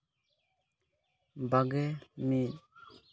ᱵᱟᱜᱮ ᱢᱤᱫ